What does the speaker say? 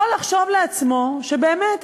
יכול לחשוב לעצמו שבאמת,